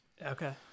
okay